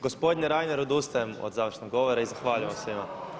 Gospodine Reiner odustajem od završnog govora i zahvaljujem svima.